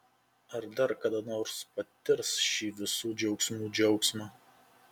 ar dar kada nors patirs šį visų džiaugsmų džiaugsmą